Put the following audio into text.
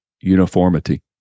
uniformity